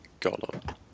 golem